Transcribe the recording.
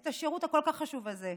את השירות הכל-כך חשוב הזה.